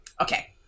okay